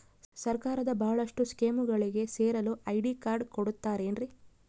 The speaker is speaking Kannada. ಸರ್ಕಾರದ ಬಹಳಷ್ಟು ಸ್ಕೇಮುಗಳಿಗೆ ಸೇರಲು ಐ.ಡಿ ಕಾರ್ಡ್ ಕೊಡುತ್ತಾರೇನ್ರಿ?